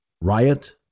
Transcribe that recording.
riot